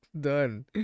Done